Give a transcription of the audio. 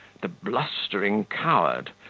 the blustering coward,